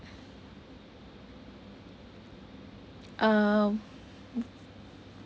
um